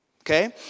Okay